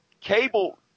Cable